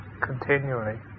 continually